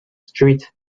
street